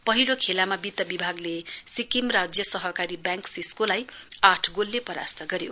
पहिलो खेलामा वित विभागले सिक्किम राज्य सहकारी ब्याङ्क सिस्कोलाई आठ गोलले परास्त गर्यो